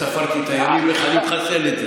ספרתי את הימים איך אני מחסל את זה.